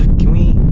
can we